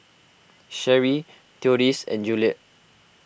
Sherry theodis and Juliet